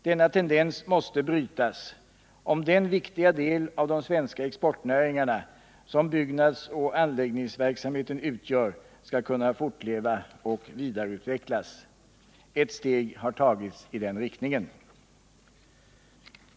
Denna tendens måste brytas, om den viktiga del av de svenska exportnäringarna som byggnadsoch anläggningsverksamheten utgör skall kunna fortleva och vidareutvecklas. Ett steg har tagits i den riktningen.